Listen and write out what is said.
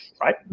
right